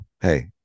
hey